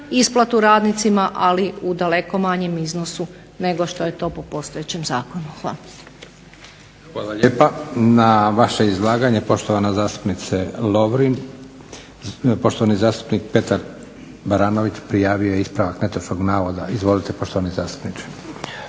isplatu radnicima ali u daleko manjem iznosu nego što je to po postojećem zakonu. Hvala. **Leko, Josip (SDP)** Hvala lijepa. Na vaše izlaganje poštovana zastupnice Lovrin poštovani zastupnik Petar Baranović prijavio je ispravak netočnog navoda. Izvolite poštovani zastupniče.